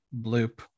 Bloop